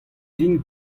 din